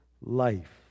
life